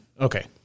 Okay